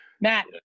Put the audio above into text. Matt